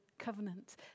covenant